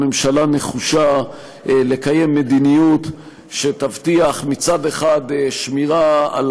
הממשלה נחושה לקיים מדיניות שתבטיח מצד אחד שמירה על